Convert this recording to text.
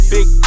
Big